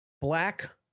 black